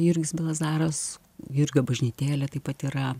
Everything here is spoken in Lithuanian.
jurgis belazaras jurgio bažnytėlė taip pat yra